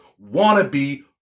wannabe